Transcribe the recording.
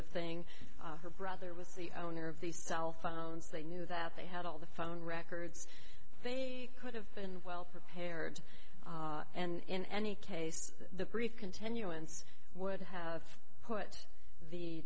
of thing her brother was the owner of the cell phones they knew that they had all the phone records they could have been well prepared and any case the continuance would have put the